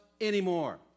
anymore